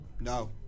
No